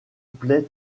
plaît